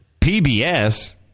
PBS